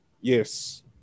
Yes